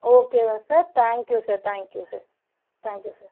ஓகேவா sir thank you sir thank you sir thank you sir